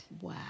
Wow